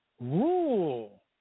rule